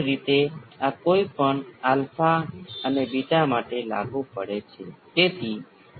તેથી natural frequency સમાન છે પરંતુ ક્વાલિટી ફેક્ટર અને ડેમ્પિંગ ફેક્ટર બરાબર વિરુદ્ધ છે